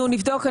אנחנו נבדוק.